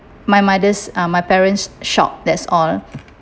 my mother's um my parents shop that's all